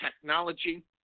technology